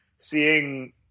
seeing